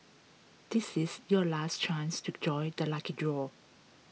this is your last chance to join the lucky draw